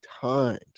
times